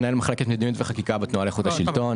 מנהל מחלקת מדיניות וחקיקה בתנועה לאיכות השלטון.